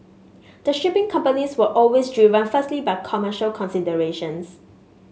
the shipping companies were always driven firstly by commercial considerations